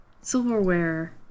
Silverware